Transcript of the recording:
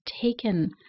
taken